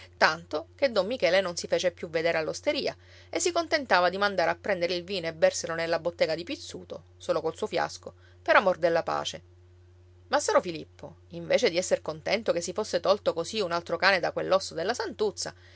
tanto che don michele non si fece più vedere all'osteria e si contentava di mandare a prendere il vino e berselo nella bottega di pizzuto solo col suo fiasco per amor della pace massaro filippo invece di esser contento che si fosse tolto così un altro cane da quell'osso della santuzza